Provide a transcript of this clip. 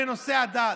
לנושא הדת: